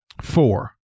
Four